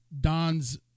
Don's